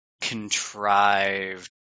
contrived